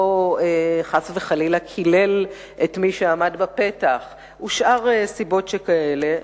או חס וחלילה קילל את מי שעמד בפתח ושאר סיבות שכאלה,